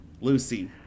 Lucy